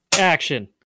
action